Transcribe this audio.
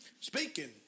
Speaking